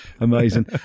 Amazing